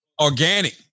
organic